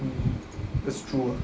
mm that's true ah